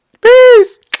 Peace